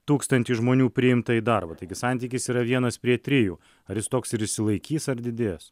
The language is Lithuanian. tūkstantį žmonių priimta į darbą taigi santykis yra vienas prie trijų ar jis toks ir išsilaikys ar didės